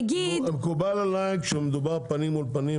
נגיד --- מקובל עליי כשמדובר פנים אל פנים,